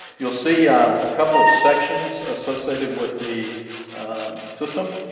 you'll see um a couple of sections associated with the system,